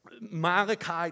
Malachi